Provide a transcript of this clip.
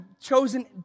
chosen